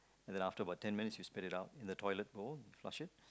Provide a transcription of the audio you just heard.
then after about ten minutes you spit it out in the toilet bowl flush it